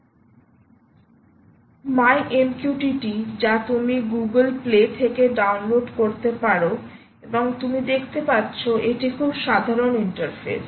My MQTT যা তুমি Google Play থেকে ডাউনলোড করতেপারো এবংতুমি দেখতে পাচ্ছো এটি খুব সাধারণ ইন্টারফেস